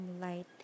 light